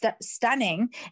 stunning